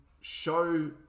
show